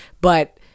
But-